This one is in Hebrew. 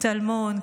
טלמון,